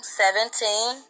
seventeen